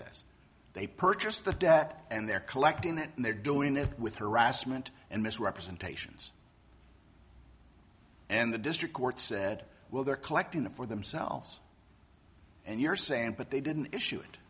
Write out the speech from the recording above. says they purchased the debt and they're collecting it and they're doing it with harassment and misrepresentations and the district court said well they're collecting it for themselves and you're saying but they didn't